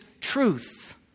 truth